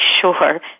sure